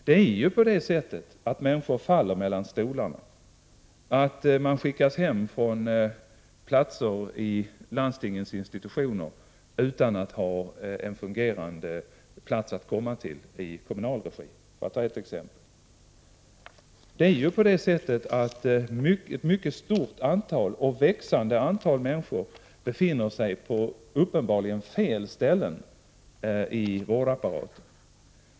Det finns människor som faller mellan stolarna och skickas hem från platser i landstingens institutioner utan att det finns någon fungerande plats att komma till i kommunal regi, för att ta ett exempel. Ett mycket stort och växande antal människor befinner sig på uppenbarligen fel ställen i vårdapparaten.